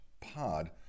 pod